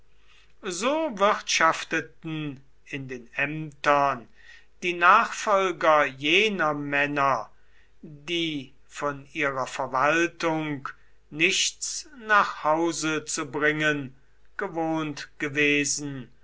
so wirtschafteten in den ämtern die nachfolger jener männer die von ihrer verwaltung nichts nach hause zu bringen gewohnt gewesen